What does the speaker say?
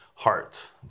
hearts